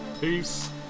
Peace